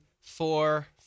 four –